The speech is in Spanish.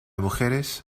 mujeres